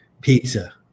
pizza